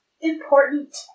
important